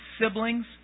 siblings